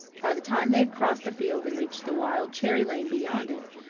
by the time they had crossed the field and reached the wild cherry lane beyond it,